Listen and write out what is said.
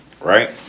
Right